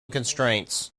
constraints